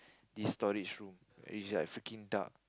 this storage room which like freaking dark